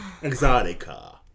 exotica